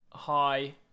hi